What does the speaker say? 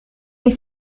des